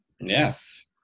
Yes